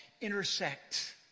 intersect